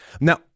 Now